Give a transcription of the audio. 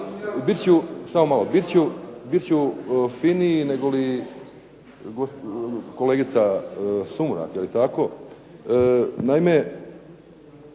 htio sam, bit ću finiji negoli kolegica Sumrak jel' tako. Naime,